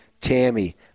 Tammy